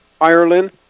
Ireland